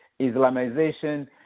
Islamization